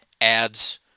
ads